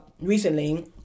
Recently